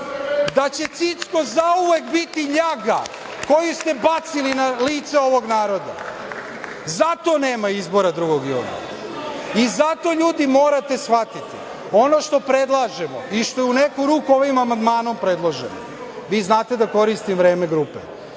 da će „Cicko“ zauvek biti ljaga koju ste bacili na lice ovog naroda. Zato nema izbora 2. juna i zato, ljudi, morate shvatiti da ono što predlažemo i što je u neku ruku ovim amandmanom predloženo, vi znate da koristim vreme grupe,